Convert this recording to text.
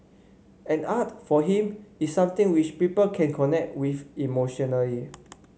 and art for him is something which people can connect with emotionally